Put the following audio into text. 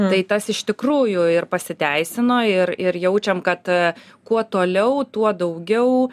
tai tas iš tikrųjų ir pasiteisino ir ir jaučiam kad kuo toliau tuo daugiau